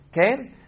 Okay